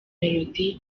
melodie